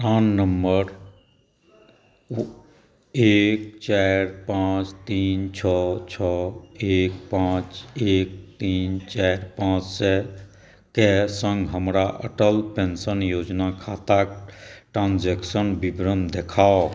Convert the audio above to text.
plan number एक चारि पाँच तीन छओ छओ एक पाँच एक तीन चारि पाँच सए के सङ्ग हमर अटल पेंशन योजना खाताक ट्रांजेक्शन विवरण देखाउ